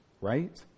right